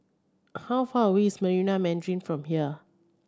how far away is Marina Mandarin from here